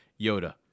Yoda